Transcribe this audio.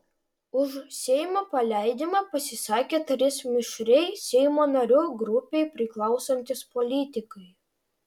už seimo paleidimą pasisakė trys mišriai seimo narių grupei priklausantys politikai